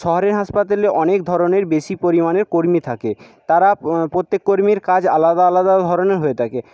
শহরের হাসপাতালে অনেক ধরনের বেশি পরিমাণে কর্মী থাকে তারা প্রত্যেক কর্মীর কাজ আলাদা আলাদা ধরনের হয়ে থাকে